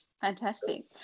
fantastic